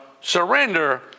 surrender